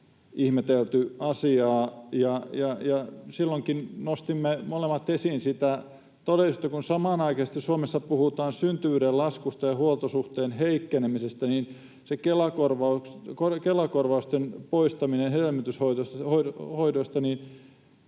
ihmetelty asiaa, ja silloinkin nostimme molemmat esiin sitä todellisuutta, että kun samanaikaisesti Suomessa puhutaan syntyvyyden laskusta ja huoltosuhteen heikkenemisestä, niin se Kela-korvausten poistaminen hedelmöityshoidosta,